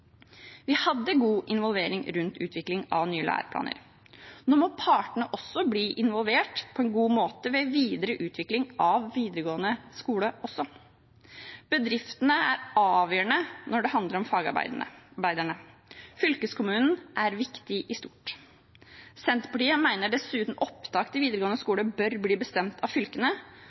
Vi hadde god involvering rundt utvikling av nye læreplaner. Nå må partene også bli involvert på en god måte ved videre utvikling av videregående skole også. Bedriftene er avgjørende når det handler om fagarbeiderne. Fylkeskommunen er viktig i stort. Senterpartiet mener dessuten opptak til videregående skole bør bli bestemt av fylkene,